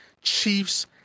chiefs